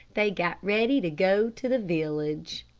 they got ready to go to the village.